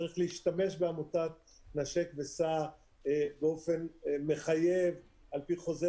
צריך להשתמש בעמותת נשק וסע באופן מחייב על פי חוזר